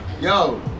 yo